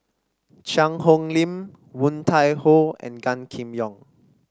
Cheang Hong Lim Woon Tai Ho and Gan Kim Yong